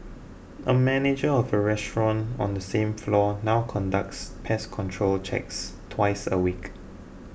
a manager of a restaurant on the same floor now conducts pest control checks twice a week